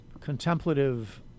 contemplative